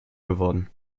geworden